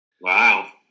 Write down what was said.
wow